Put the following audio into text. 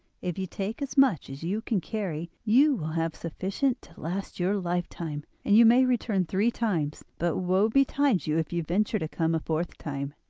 if you take as much as you can carry you will have sufficient to last your lifetime, and you may return three times but woe betide you if you venture to come a fourth time.